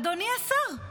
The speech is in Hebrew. אדוני השר,